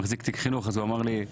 מחזיק תיק החינוך, הוא אמר לי: